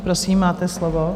Prosím, máte slovo.